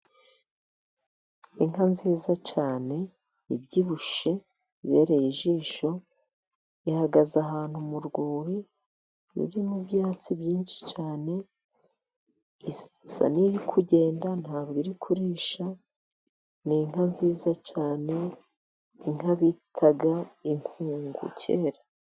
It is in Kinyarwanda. Inka nziza cyane ibyibushye bibereye ijisho, ihagaze ahantu murwuri rurimo ibyatsi byinshi cyane. Isa nirikugenda ntabwo iri kurisha n'inka nziza cyane bitaga intungu kera.